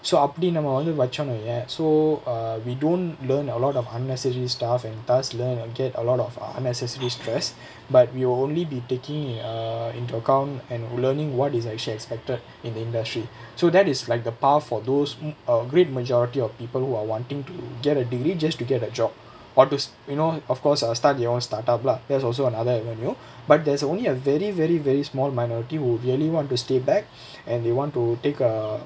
so அப்டி நம்ம வந்து வச்சோன்னு வாயே:apdi namma vanthu vachonu vaiyae so err we don't learn a lot of unnecessary staff and thus learnt and get a lot of unnecessary stress but we only be taking in uh into account and learning what is acutally expected in industry so that is like the path for those who are great majority of people who are wanting to get a degree just to get a job and you know of course uh start their own start-up lah there's also another avenue but there's only a very very very small minority will really want to stay back and they want to take